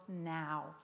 now